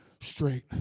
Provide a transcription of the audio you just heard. straight